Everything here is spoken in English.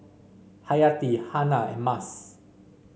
Hayati Hana and Mas